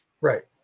right